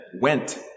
went